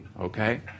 okay